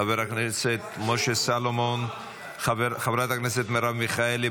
חבר הכנסת משה סולומון; חברת הכנסת מרב מיכאלי,